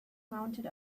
mounted